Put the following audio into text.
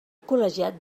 col·legiat